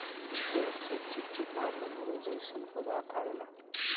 पेड़ से चिप्चिपा रबड़ो जइसा पदार्थ अवेला